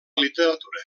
literatura